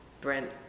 Brent